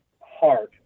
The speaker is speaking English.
hard